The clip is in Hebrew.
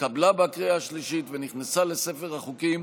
התקבלה בקריאה השלישית ונכנסה לספר החוקים.